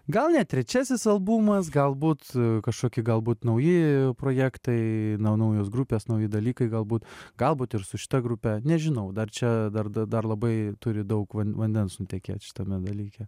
gal ne trečiasis albumas galbūt kažkoki galbūt nauji projektai na naujos grupės nauji dalykai galbūt galbūt ir su šita grupe nežinau dar čia dar dar labai turi daug vandens nutekėt šitame dalyke